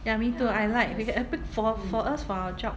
ya me too I like we for us for our job